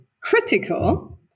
critical